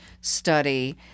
study